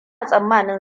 tsammanin